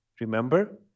Remember